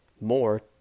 more